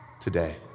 today